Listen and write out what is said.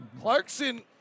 Clarkson